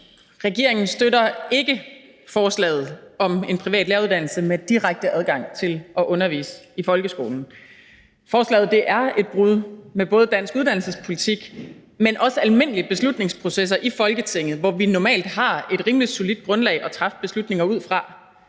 Regeringen støtter ikke forslaget om en privat læreruddannelse med direkte adgang til at undervise i folkeskolen. Forslaget er et brud med både dansk uddannelsespolitik, men også med almindelige beslutningsprocesser i Folketinget, hvor vi normalt har et rimelig solidt grundlag at træffe beslutninger på.